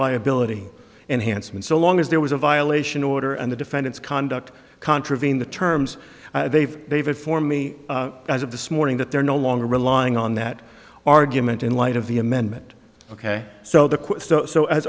liability and handsome and so long as there was a violation order and the defendant's conduct contravene the terms they've they've had for me as of this morning that they're no longer relying on that argument in light of the amendment ok so the quote so as